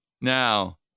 Now